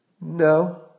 No